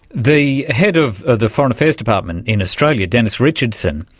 the head of the foreign affairs department in australia, dennis richardson,